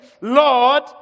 Lord